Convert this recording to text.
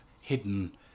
hidden